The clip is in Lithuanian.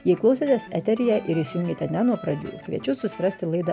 jei klausėtės eteryje ir įsijungėtė ne nuo pradžių kviečiu susirasti laidą